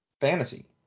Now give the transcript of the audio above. fantasy